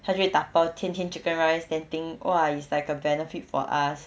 他就会打包 tian tian chicken rice then think !wah! it's like a benefit for us